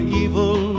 evil